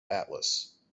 atlas